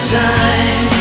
time